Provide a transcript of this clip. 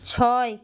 ছয়